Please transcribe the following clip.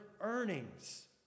earnings